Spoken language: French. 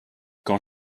quand